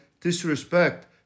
disrespect